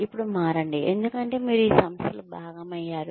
ఇప్పుడు మారండి ఎందుకంటే మీరు ఈ సంస్థలో భాగమయ్యారు